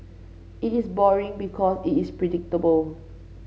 it is boring because it is predictable